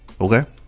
Okay